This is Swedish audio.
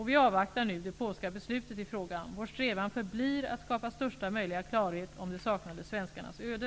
Vi avvaktar nu det polska beslutet i frågan. Vår strävan förblir att skapa största möjliga klarhet om de saknade svenskarnas öde.